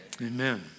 Amen